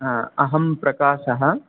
हा अहं प्रकाशः